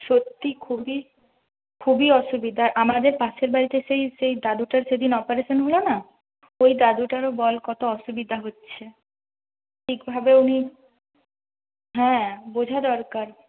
সত্যি খুবই খুবই অসুবিধা আমাদের পাশের বাড়িতে সেই সেই দাদুটার সেইদিন অপারেশন হল না ওই দাদুটারও বল কত অসুবিধা হচ্ছে ঠিকভাবে উনি হ্যাঁ বোঝা দরকার